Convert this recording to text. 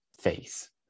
face